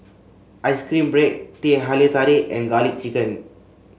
ice cream bread Teh Halia Tarik and garlic chicken